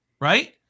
right